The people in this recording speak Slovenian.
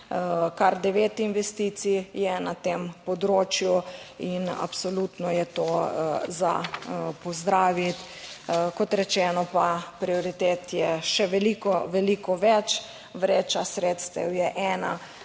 Kar devet investicij je na tem področju in absolutno je to za pozdraviti. Kot rečeno pa prioritet je še veliko, veliko več. Vreča sredstev je ena,